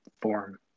form